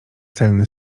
celny